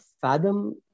fathom